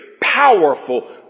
Powerful